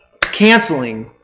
canceling